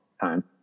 time